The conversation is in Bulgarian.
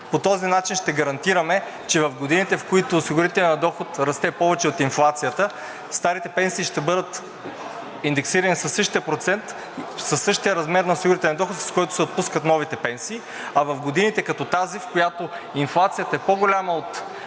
По този начин ще гарантираме, че в годините, в които осигурителният доход расте повече от инфлацията, старите пенсии ще бъдат индексирани със същия размер на осигурителния доход, с който се отпускат новите пенсии. А в годините като тази, в която инфлацията е по-голяма от